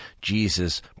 Jesus